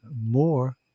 more